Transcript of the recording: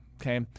okay